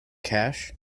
cash